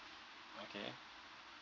okay